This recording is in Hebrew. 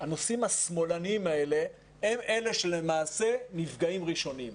הנושאים ה"שמאלניים" האלה הם שנפגעים ראשונים.